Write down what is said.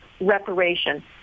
reparation